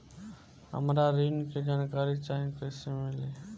हमरा ऋण के जानकारी चाही कइसे मिली?